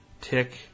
tick